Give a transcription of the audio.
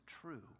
true